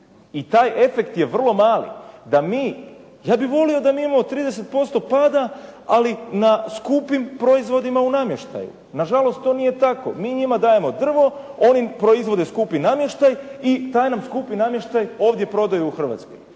i taj efekt je vrlo mali. Ja bih volio da mi imamo 30% pada ali na skupim proizvodima u namještaju. Nažalost, to nije tako. Mi njima dajemo drvo, oni proizvode skupi namještaj i taj nam skupi namještaj ovdje prodaju u Hrvatskoj.